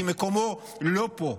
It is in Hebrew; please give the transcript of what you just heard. כי מקומו לא פה,